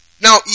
Now